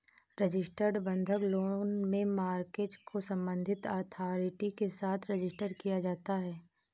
registered बंधक loan में mortgage को संबंधित अथॉरिटी के साथ रजिस्टर किया जाता है